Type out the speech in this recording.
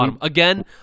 again